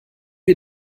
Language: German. wir